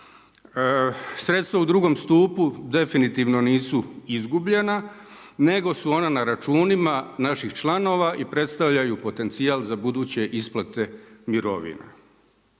Sredstva u drugom stupu definitivno nisu izgubljena nego su ona na računima naših članova i predstavljaju potencijal za buduće isplate mirovina.